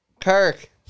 Kirk